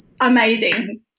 amazing